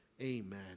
Amen